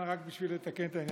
אתה יכול להתחיל.